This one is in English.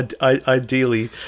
Ideally